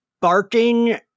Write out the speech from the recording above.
barking